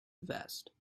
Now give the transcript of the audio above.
vest